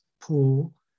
pool